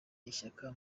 ishyaka